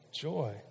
joy